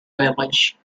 village